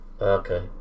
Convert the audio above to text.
Okay